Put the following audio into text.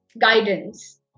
guidance